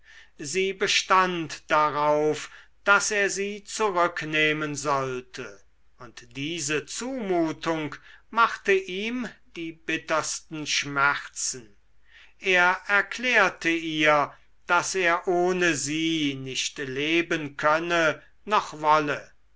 sie bestand darauf daß er sie zurücknehmen sollte und diese zumutung machte ihm die bittersten schmerzen er erklärte ihr daß er ohne sie nicht leben könne noch wolle